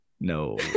No